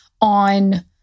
on